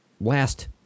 last